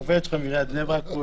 הוא